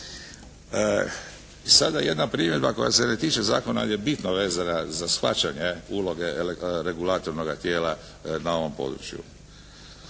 Sada jedna primjedba koja se ne tiče zakona ali je bitno vezana za shvaćanje uloge regulatornoga tijela na ovom području.